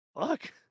Fuck